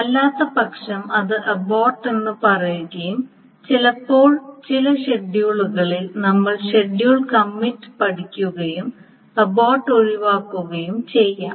അല്ലാത്തപക്ഷം അത് അബോർട്ട് എന്ന് പറയുകയും ചിലപ്പോൾ ചില ഷെഡ്യൂളുകളിൽ നമ്മൾ ഷെഡ്യൂൾ കമ്മിറ്റ് പഠിക്കുകയും അബോർട്ട് ഒഴിവാക്കുകയും ചെയ്യാം